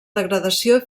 degradació